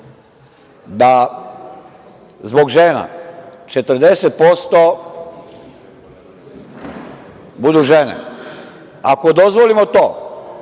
da zbog žena 40% budu žene, ako dozvolimo to,